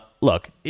look